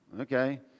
okay